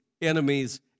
enemies